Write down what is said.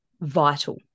Vital